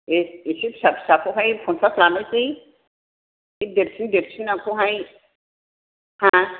दे एसे फिसा फिसाखौहाय पन्सास लानोसै एसे देरसिन देरसिनाखौहाय हा